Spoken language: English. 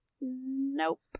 nope